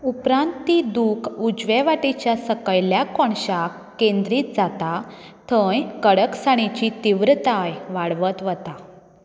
उपरांत ती दूख उजवे वटेच्या सकयल्या कोनशाक केंद्रीत जाता थंय कडकसाणेची तीव्रताय वाडवत वता